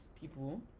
people